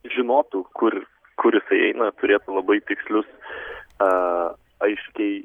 žinotų kur kur jisai eina turėtų labai tikslius aiškiai